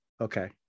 Okay